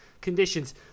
conditions